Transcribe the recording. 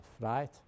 right